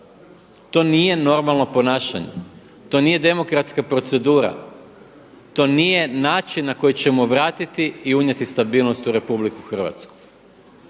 To nije normalno ponašanje, to nije demokratska procedura. To nije način na koji ćemo vratiti i unijeti stabilnost u RH.